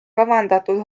kavandatud